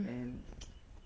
mm